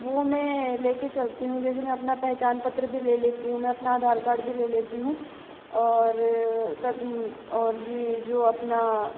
वो मैं लेके चलती हूँ जैसे मैं अपना पहचान पत्र भी ले लेती हूँ मैं अपना आधार कार्ड भी ले लेती हूँ और कब और ये जो अपना